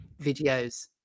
videos